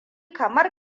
kamar